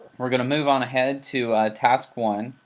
we're going to move on ahead to task one.